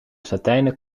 satijnen